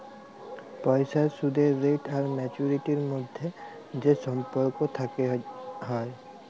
পইসার সুদের রেট আর ম্যাচুয়ারিটির ম্যধে যে সম্পর্ক থ্যাকে হ্যয়